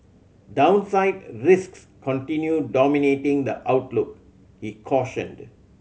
downside risks continue dominating the outlook he cautioned